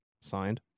Signed